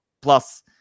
plus